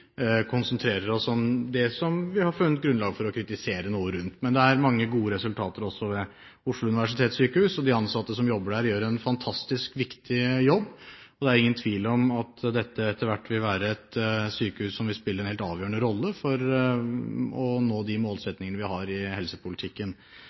konsentrerer oss om det som vi har funnet grunnlag for å kritisere noe rundt. Men det er mange gode resultater også ved Oslo universitetssykehus, de ansatte som jobber der, gjør en fantastisk viktig jobb, og det er ingen tvil om at dette etter hvert vil være et sykehus som vil spille en helt avgjørende rolle for å nå de